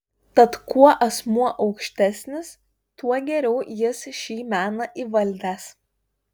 tad kuo asmuo aukštesnis tuo geriau jis šį meną įvaldęs